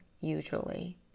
usually